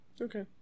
Okay